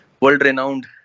world-renowned